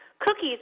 Cookies